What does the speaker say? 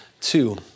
two